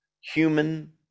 human